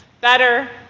Better